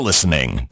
Listening